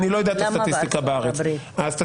אני לא יודע את הסטטיסטיקה בארץ -- 95%.